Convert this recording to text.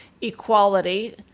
equality